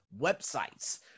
websites